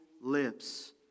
lips